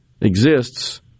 exists